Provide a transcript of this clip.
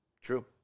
True